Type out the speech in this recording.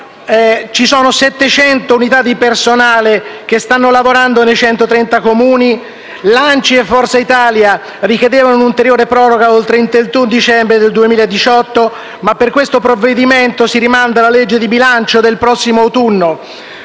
Ci sono 700 unità di personale che stanno lavorando nei 130 Comuni. L'ANCI e Forza Italia richiedevano una ulteriore proroga oltre il 31 dicembre del 2018, ma per questo provvedimento si rimanda alla legge di bilancio del prossimo autunno,